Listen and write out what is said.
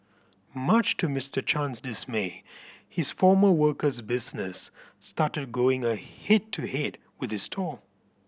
much to Mister Chan's dismay his former worker's business started going a head to head with his stall